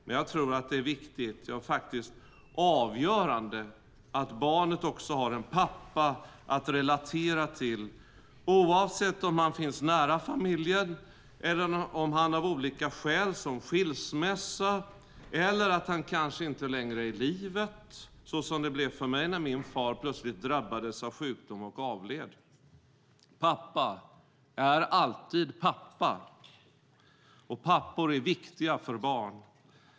Men jag tror att det är viktigt, ja, faktiskt avgörande att barnet också har en pappa att relatera till, oavsett om han finns nära familjen eller inte på grund av skilsmässa eller att han inte längre är i livet - så som det blev för mig när min far plötsligt drabbades av sjukdom och avled. Pappa är alltid pappa. Pappor är viktiga för barn.